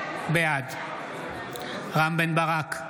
בעד רם בן ברק,